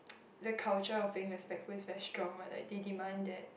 the culture of being respectful is very strong one they demand that